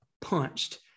punched